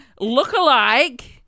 lookalike